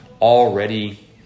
already